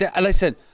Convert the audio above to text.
Listen